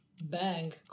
bang